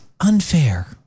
unfair